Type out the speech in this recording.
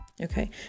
okay